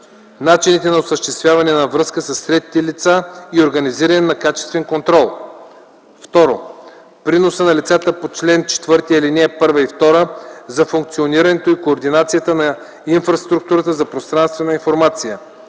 начините на осъществяване на връзка с третите лица и организирането на качествен контрол; 2. приноса на лицата по чл. 4, ал. 1 и 2 за функционирането и координацията на инфраструктурата за пространствена информация;